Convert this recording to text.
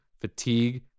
fatigue